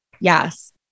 Yes